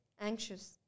anxious